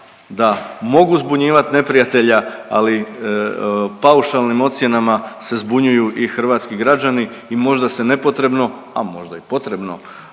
da mogu zbunjivat neprijatelja, ali paušalnim ocjenama se zbunjuju i hrvatski građani i možda se nepotrebno, a možda i potrebno,